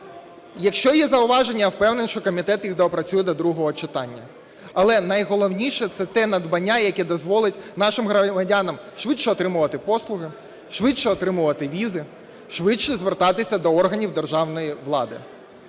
Якщо є зауваження, я впевнений, що комітет їх доопрацює до другого читання. Але найголовніше – це те надбання, яке дозволить нашими громадянам швидше отримувати послуги, швидше отримувати візи, швидше звертатися до органів державної влади.